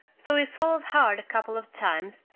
so he swallowed hard a couple of times,